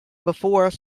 before